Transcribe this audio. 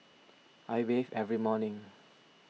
I bathe every morning